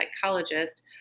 psychologist